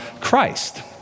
Christ